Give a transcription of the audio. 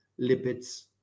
lipids